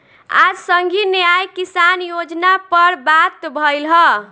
आज संघीय न्याय किसान योजना पर बात भईल ह